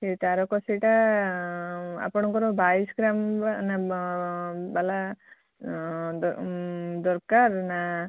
ସେ ତାରକସୀଟା ଆପଣଙ୍କର ବାଇଶ ଗ୍ରାମ ବାଲା ଦରକାର ନା